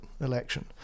election